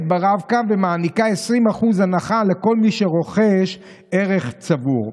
ברב-קו ומעניקה 20% הנחה לכל מי שרוכש ערך צבור.